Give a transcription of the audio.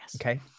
Okay